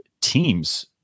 teams